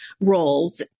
roles